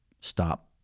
stop